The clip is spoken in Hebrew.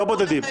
לא בודדים.